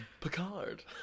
picard